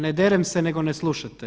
Ne derem se, nego ne slušate.